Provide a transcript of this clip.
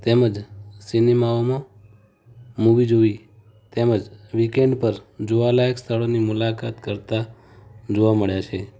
તેમજ સિનેમાઓમાં મૂવી જોવી તેમ જ વિક ઍન્ડ પર જોવાલાયક સ્થળોની મુલાકાત કરતાં જોવા મળ્યાં છે